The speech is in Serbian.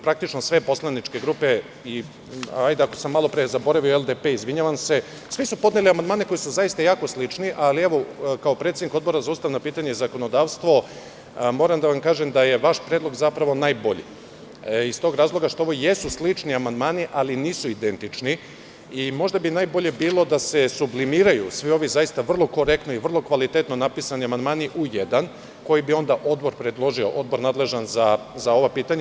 Praktično sve poslaničke grupe, ako sam malo pre zaboravio LDP, izvinjavam se, su podnele amandmane koji su zaista jako slični, ali kao predsednik Odbora za ustavna pitanja i zakonodavstvo moram da vam kažem da je vaš predlog zapravo najbolji iz tog razloga što ovo jesu slični amandmani, ali nisu identični i možda bi najbolje bilo da se sublimiraju svi ovi zaista vrlo korektni i vrlo kvalitetno napisani amandmani u jedan, koji bi onda odbor predložio, odbor nadležan za ova pitanja.